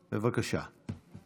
בבקשה.